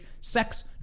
sex